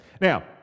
Now